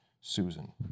Susan